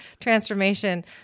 transformation